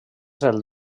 del